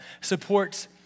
supports